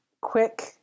quick